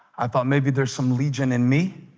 i thought maybe there's some legion in me